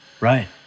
Right